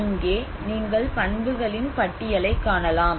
இங்கே நீங்கள் பண்புகளின் பட்டியலைக் காணலாம்